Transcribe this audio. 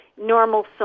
Normal